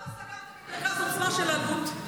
אז למה סגרתם את מרכז העוצמה של אלו"ט?